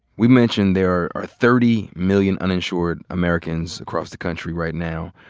we mentioned there are thirty million uninsured americans across the country right now.